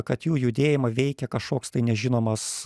kad jų judėjimą veikia kažkoks tai nežinomas